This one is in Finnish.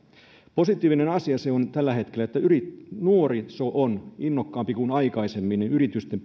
positiivinen asia on tällä hetkellä että nuoriso on innokkaampi kuin aikaisemmin yritysten